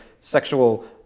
sexual